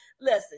listen